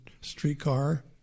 streetcar